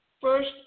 First